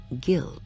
guilt